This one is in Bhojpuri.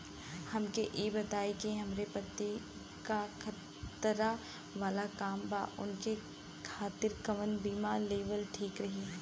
हमके ई बताईं कि हमरे पति क खतरा वाला काम बा ऊनके खातिर कवन बीमा लेवल ठीक रही?